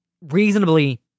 reasonably